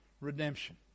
redemption